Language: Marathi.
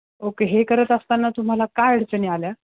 ओके हे करत असताना तुम्हाला काय अडचणी आल्या